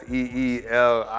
Feel